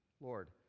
Lord